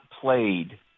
played